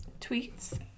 Tweets